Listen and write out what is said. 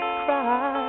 cry